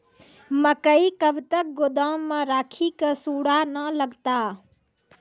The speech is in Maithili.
मकई कब तक गोदाम राखि की सूड़ा न लगता?